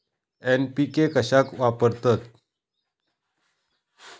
NPK कशाक वापरतत?